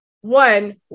One